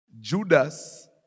judas